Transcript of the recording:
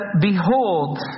Behold